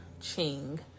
Ching